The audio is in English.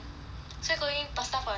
so you cooking pasta for yourself lah